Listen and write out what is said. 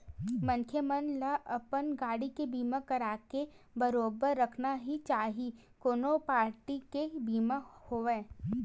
मनखे मन ल अपन गाड़ी के बीमा कराके बरोबर रखना ही चाही कोनो पारटी के बीमा होवय